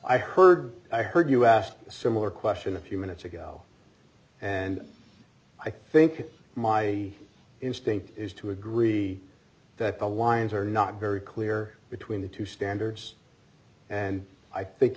i heard i heard you ask a similar question a few minutes ago and i think my instinct is to agree that the lines are not very clear between the two standards and i think